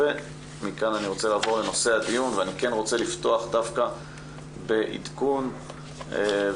מכאן אני רוצה לעבור לנושא הדיון ואני רוצה לפתוח דווקא בעדכון ולשמוע.